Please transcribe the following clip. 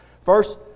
First